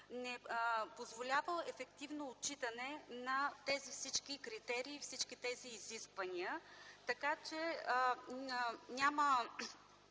позволява ефективно отчитане на всички тези критерии, всички тези изисквания, така че няма